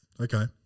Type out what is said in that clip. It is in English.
Okay